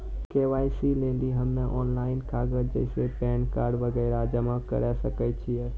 KYC लेली हम्मय online कागज जैसे पैन कार्ड वगैरह जमा करें सके छियै?